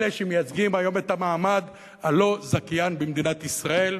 אלה שמייצגים את המעמד הלא-זכיין במדינת ישראל.